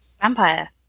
Vampire